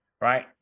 right